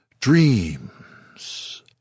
dreams